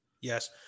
yes